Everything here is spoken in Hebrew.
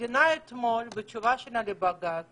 המדינה אתמול בתשובתה לבג"ץ